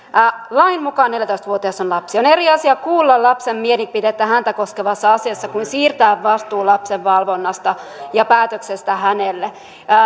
lain mukaan neljätoista vuotias on lapsi on eri asia kuulla lapsen mielipidettä häntä koskevassa asiassa kuin siirtää vastuu lapsen valvonnasta ja päätöksestä hänelle